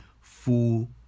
full